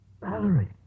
Valerie